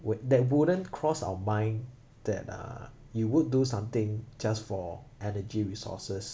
would that wouldn't cross our mind that uh you would do something just for energy resources